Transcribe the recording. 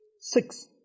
Six